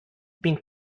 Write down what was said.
been